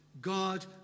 God